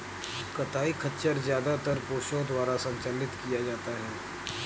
कताई खच्चर ज्यादातर पुरुषों द्वारा संचालित किया जाता था